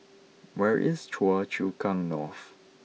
where is Choa Chu Kang North